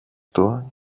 του